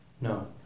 No